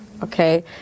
Okay